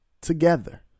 together